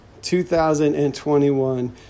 2021